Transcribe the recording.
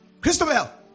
Christopher